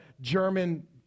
German